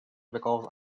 because